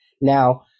Now